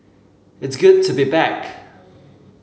it's good to be back